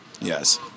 Yes